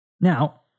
Now